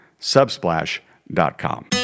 subsplash.com